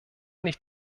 nicht